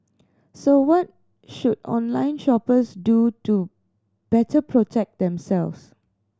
so what should online shoppers do to better protect themselves